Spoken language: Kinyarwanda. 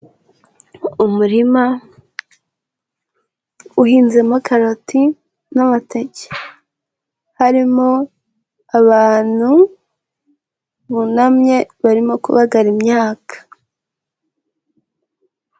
Umurima uhinzemo karoti n'amateke. Harimo abantu bunamye, barimo kubagara imyaka.